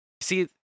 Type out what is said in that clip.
see